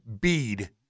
bead